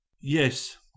Yes